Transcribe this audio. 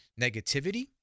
negativity